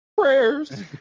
Prayers